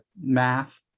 math